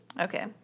Okay